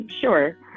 Sure